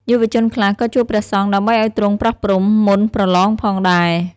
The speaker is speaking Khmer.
យុវជនខ្លះក៏ជួបព្រះសង្ឃ ដើម្បីឱ្យទ្រង់ប្រោះព្រំ មុនប្រលងផងដែរ។